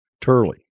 Turley